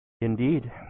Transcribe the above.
Indeed